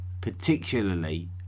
particularly